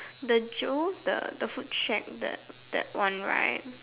the Joe the the food shack the that one right